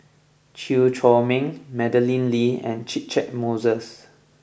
Chew Chor Meng Madeleine Lee and Catchick Moses